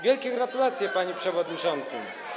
Wielkie gratulacje, panie przewodniczący.